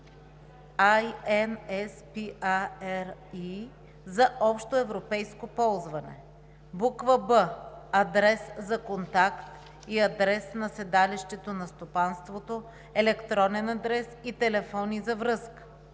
единици INSPIRE за общоевропейско ползване; б) адрес за контакт и адрес на седалището на стопанството, електронен адрес и телефони за връзка;